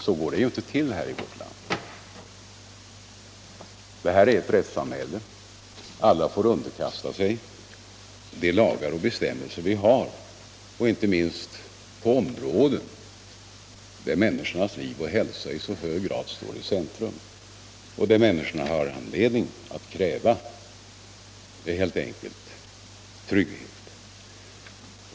Så går det inte till här i vårt land. Det här är ett rättssamhälle. Alla får underkasta sig de lagar och bestämmelser vi har, inte minst på områden där människornas liv och hälsa i så hög grad står i centrum och där människorna har anledning att helt enkelt kräva trygghet.